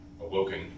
awoken